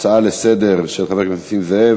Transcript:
ההצעה לסדר-היום של חבר הכנסת נסים זאב,